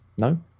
No